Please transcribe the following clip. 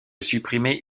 supprimer